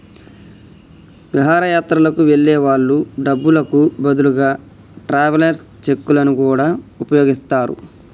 విహారయాత్రలకు వెళ్ళే వాళ్ళు డబ్బులకు బదులుగా ట్రావెలర్స్ చెక్కులను గూడా వుపయోగిత్తరు